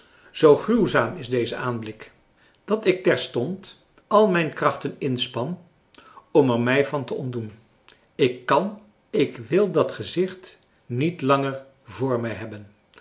zoo gruwzaam is deze aanblik dat ik terstond al mijn krachten inspan om er mij van te ontdoen ik kan ik wil dat gezicht niet langer voor mij hebben